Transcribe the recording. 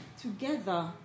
together